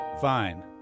Fine